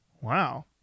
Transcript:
Wow